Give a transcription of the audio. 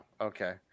Okay